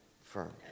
firm